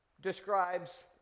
describes